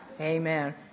Amen